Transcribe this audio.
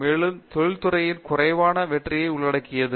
மேலும் தொழில்துறையின் குறைவான வெற்றியை உள்ளடக்கியது